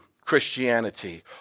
Christianity